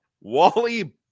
Wally